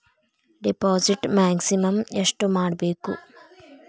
Deposit maximum ಎಷ್ಟು ಮಾಡಬೇಕು?